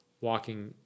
walking